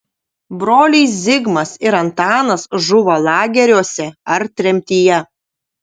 broliai zigmas ir antanas žuvo lageriuose ar tremtyje